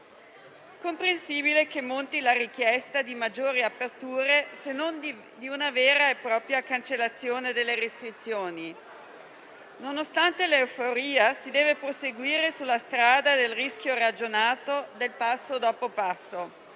comprensibile che arrivi la richiesta di maggiori aperture, se non di una vera e propria cancellazione delle restrizioni. Nonostante l'euforia, si deve proseguire sulla strada del rischio ragionato, del passo dopo passo.